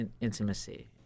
intimacy